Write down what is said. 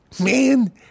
man